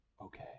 okay